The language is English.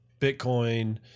Bitcoin